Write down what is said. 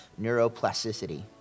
neuroplasticity